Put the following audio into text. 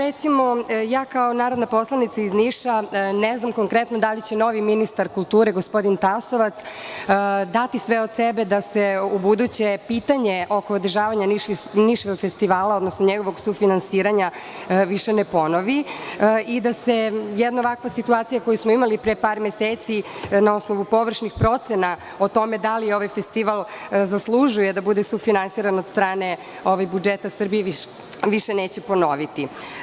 Recimo, ja kao narodna poslanica iz Niša ne znam konkretno da li će novi ministar kulture, gospodin Tasovac, dati sve od sebe da se ubuduće pitanje oko održavanja Niškog festivala, odnosno njegovog sufinansiranja više ne ponovi i da se jedna ovakva situacija, koju smo imali pre par meseci, na osnovu površnih procena, da li ovaj festival zaslužuje da bude sufinansiran od strane budžeta Srbije, više neće ponoviti.